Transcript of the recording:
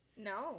No